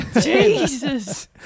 Jesus